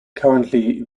currently